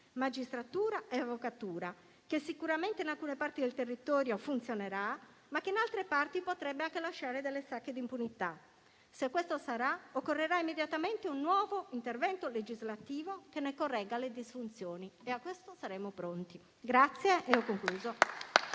(magistratura e avvocatura), che sicuramente in alcune parti del territorio funzionerà, ma che in altre potrebbe anche lasciare delle sacche di impunità. Se questo sarà, occorrerà immediatamente un nuovo intervento legislativo che ne corregga le disfunzioni e a ciò saremo pronti.